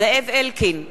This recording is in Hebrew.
זאב אלקין,